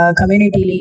community